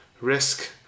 risk